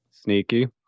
Sneaky